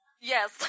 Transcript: Yes